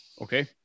okay